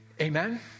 Amen